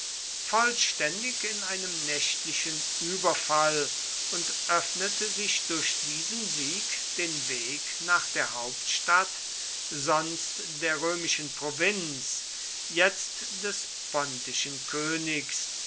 vollständig in einem nächtlichen überfall und öffnete sich durch diesen sieg den weg nach der hauptstadt sonst der römischen provinz jetzt des pontischen königs